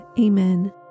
Amen